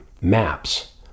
maps